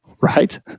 right